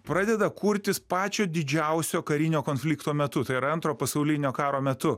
pradeda kurtis pačio didžiausio karinio konflikto metu tai yra antro pasaulinio karo metu